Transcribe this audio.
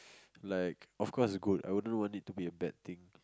like of course good I wouldn't want it to be a bad thing